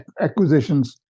acquisitions